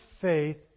faith